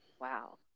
Wow